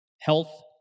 health